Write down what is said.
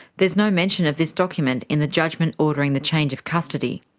there's no mention of this document in the judgment ordering the change of custody.